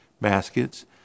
baskets